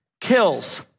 kills